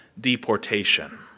deportation